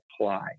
apply